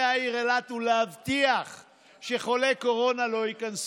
העיר אילת ולהבטיח שחולי קורונה לא ייכנסו.